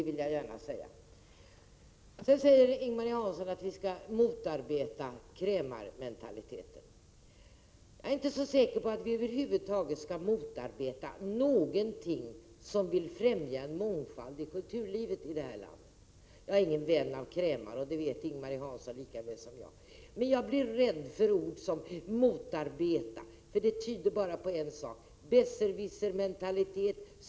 Sedan säger Ing-Marie Hansson att vi skall motarbeta krämarmentaliteten. Jag är inte så säker på att vi över huvud taget skall motarbeta någonting som vill främja en mångfald i kulturlivet i vårt land. Jag är ingen vän av krämare, och det vet Ing-Marie Hansson mycket väl. Men jag blir rädd för ord som ”motarbeta”, eftersom det enbart tyder på en sak — besserwissermentalitet.